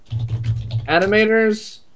animators